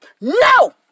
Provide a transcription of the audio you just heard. No